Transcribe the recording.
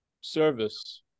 Service